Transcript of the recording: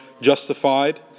justified